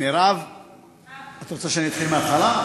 מירב, את רוצה שאני אתחיל מההתחלה?